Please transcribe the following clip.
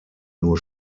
nur